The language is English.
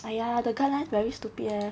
!aiya! the guideline very stupid eh